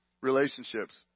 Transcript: relationships